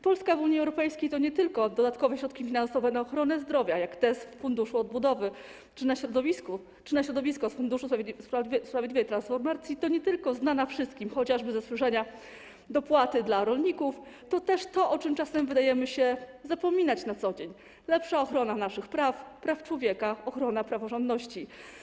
Polska w Unii Europejskiej to nie tylko dodatkowe środki finansowe na ochronę zdrowia, jak te z Funduszu Odbudowy, czy na środowisko z Funduszu Sprawiedliwej Transformacji, to nie tylko znane wszystkim, chociażby ze słyszenia, dopłaty dla rolników, ale to też to, o czym czasem zdajemy się zapominać na co dzień: lepsza ochrona naszych praw, praw człowieka, ochrona praworządności.